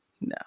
no